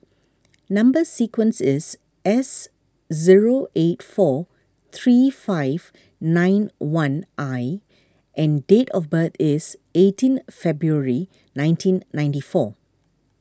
Number Sequence is S zero eight four three five nine one I and date of birth is eighteen February nineteen ninety four